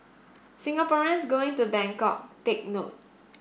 Singaporeans going to Bangkok take note